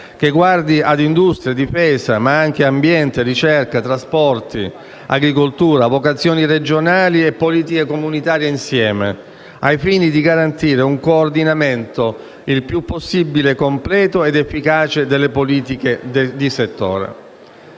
che guardi a industria, difesa, ambiente, ricerca, trasporti, agricoltura, vocazioni regionali e politiche comunitarie, al fine di garantire un coordinamento il più possibile completo ed efficace delle politiche del settore.